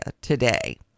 today